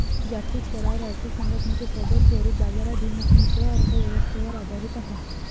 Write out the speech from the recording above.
जागतिक स्तरावर आर्थिक संघटनेचे प्रबळ स्वरूप बाजाराभिमुख मिश्र अर्थ व्यवस्थेवर आधारित आहे